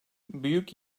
büyük